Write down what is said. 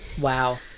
Wow